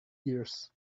years